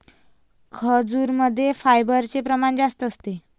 खजूरमध्ये फायबरचे प्रमाण जास्त असते